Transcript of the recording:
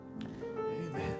Amen